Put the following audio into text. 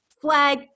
flag